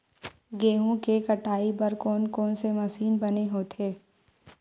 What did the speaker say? गेहूं के कटाई बर कोन कोन से मशीन बने होथे?